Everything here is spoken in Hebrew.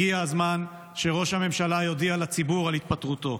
הגיע הזמן שראש הממשלה יודיע לציבור על התפטרותו.